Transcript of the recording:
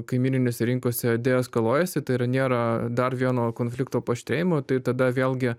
kaimyninėse rinkose deeskaluojasi tai yra nėra dar vieno konflikto paaštrėjimo tai tada vėlgi